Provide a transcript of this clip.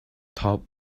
top